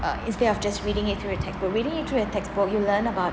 uh instead of just reading it through the textbook reading it through the textbook you learn about